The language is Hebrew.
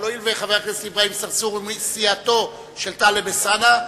אבל הואיל וחבר הכנסת צרצור מסיעתו של חבר הכנסת אלסאנע,